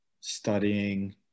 studying